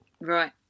Right